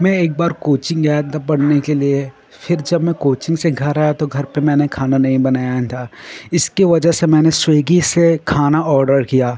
मैं एक बार कोचिन्ग गया था पढ़ने के लिए फिर जब मैं कोचिन्ग से घर आया तो घर पर मैंने खाना नहीं बनाया था इसकी वजह से मैंने स्विगी से खाना ऑर्डर किया